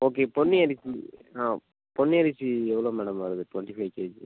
okay Ponni அரிசி ஆ பொன்னி அரிசி எவ்வளோ மேடம் வருது டுவெண்ட்டி ஃபைவ் கேஜி